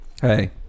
Hey